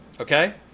okay